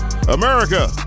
America